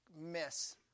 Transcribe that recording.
miss